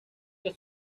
que